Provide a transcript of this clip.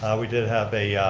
we did have a